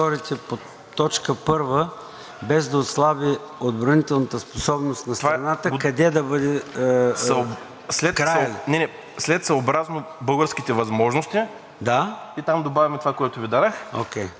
след „съобразно българските възможности“, и там добавяме това, което Ви дадох, а в точка три „финансови разчети“ е на края на изречението. Благодаря.